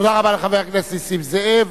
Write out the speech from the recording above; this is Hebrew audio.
תודה רבה לחבר הכנסת נסים זאב.